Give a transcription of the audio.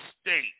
state